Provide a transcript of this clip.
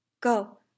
Go